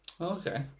Okay